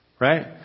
right